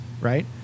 right